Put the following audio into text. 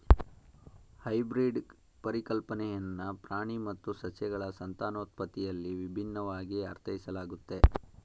hybrid ಪರಿಕಲ್ಪನೆಯನ್ನ ಪ್ರಾಣಿ ಮತ್ತು ಸಸ್ಯಗಳ ಸಂತಾನೋತ್ಪತ್ತಿಯಲ್ಲಿ ವಿಭಿನ್ನವಾಗಿ ಅರ್ಥೈಸಲಾಗುತ್ತೆ